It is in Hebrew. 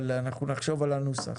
אנחנו נחשוב על הנוסח.